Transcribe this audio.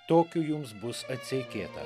tokiu jums bus atseikėta